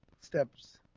Steps